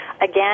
again